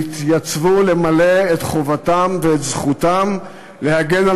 והתייצבו למלא את חובתם ואת זכותם להגן על